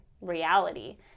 reality